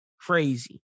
Crazy